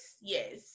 yes